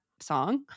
Song